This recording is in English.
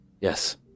yes